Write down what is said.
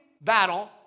battle